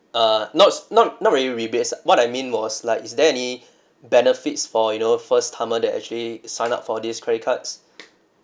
err not not not really rebates what I mean was like is there any benefits for you know first timer that actually sign up for this credit cards